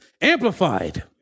Amplified